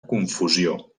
confusió